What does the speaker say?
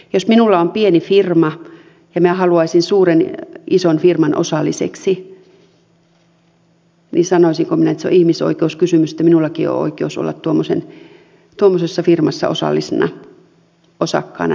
jos minulla on pieni firma ja minä haluaisin isoon firmaan osalliseksi niin sanoisinko minä että se on ihmisoikeuskysymys että minullakin on oikeus olla tuommoisessa firmassa osakkaana